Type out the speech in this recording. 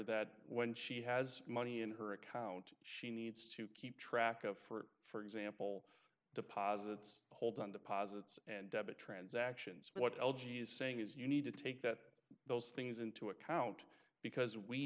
that when she has money in her account she needs to keep track of for example deposits hold on deposits and debit transactions what l g is saying is you need to take that those things into account because we